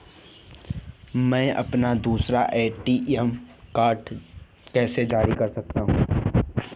मैं अपना दूसरा ए.टी.एम कार्ड कैसे जारी कर सकता हूँ?